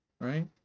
Right